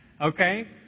okay